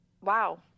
Wow